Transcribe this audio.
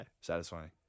satisfying